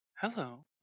hello